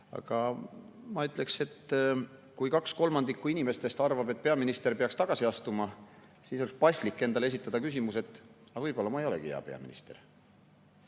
Aga ma ütleks, et kui kaks kolmandikku inimestest arvab, et peaminister peaks tagasi astuma, siis oleks paslik esitada endale küsimus, et võib-olla ma ei olegi hea peaminister